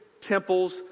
temples